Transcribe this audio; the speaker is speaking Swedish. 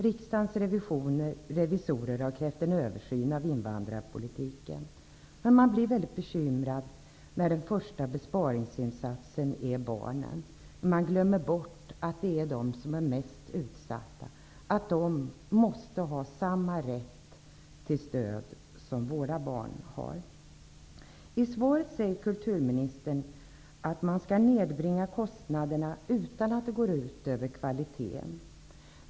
Riksdagens revisorer har krävt en översyn av invandrarpolitiken. Men man blir väldigt bekymrad när den första besparingsinsatsen gäller barnen. Det glöms bort att det är de som är mest utsatta. Dessa barn måste ha samma rätt till stöd som andra barn har. I svaret säger kulturministern att kostnaderna skall nedbringas utan att det går ut över kvaliteten.